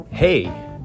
Hey